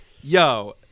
yo